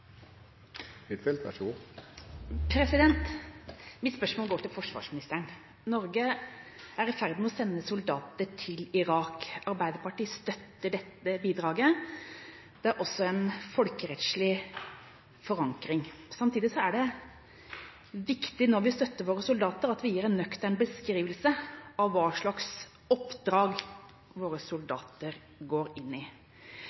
i ferd med å sende soldater til Irak. Arbeiderpartiet støtter dette bidraget. Det er også en folkerettslig forankring. Samtidig er det viktig, når vi støtter våre soldater, at vi gir en nøktern beskrivelse av hva slags oppdrag våre soldater går inn i.